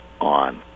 on